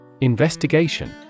Investigation